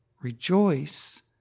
Rejoice